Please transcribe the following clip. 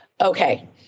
okay